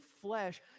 flesh